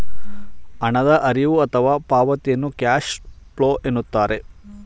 ಹಣದ ಹರಿವು ಅಥವಾ ಪಾವತಿಯನ್ನು ಕ್ಯಾಶ್ ಫ್ಲೋ ಎನ್ನುತ್ತಾರೆ